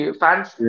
fans